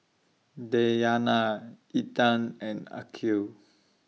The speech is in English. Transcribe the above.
Dayana Intan and Aqil